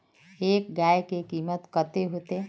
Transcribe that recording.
एक गाय के कीमत कते होते?